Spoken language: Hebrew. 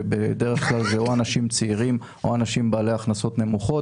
שבדרך כלל זה או אנשים צעירים או אנשים בעלי הכנסות נמוכות,